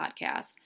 podcast